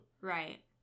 right